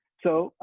so,